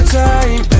time